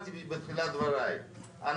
קראתי את דבריו של סטנלי פישר באפריל 2013,